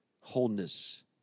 Wholeness